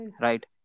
Right